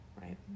Right